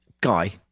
Guy